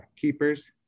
keepers